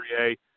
3A